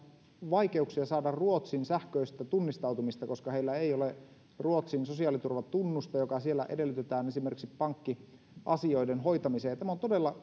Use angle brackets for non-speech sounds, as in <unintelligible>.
vaikeuksia saada ruotsin sähköistä tunnistautumista koska heillä ei ole ruotsin sosiaaliturvatunnusta joka siellä edellytetään esimerkiksi pankkiasioiden hoitamiseen tämä on todella <unintelligible>